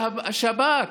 שהשב"כ,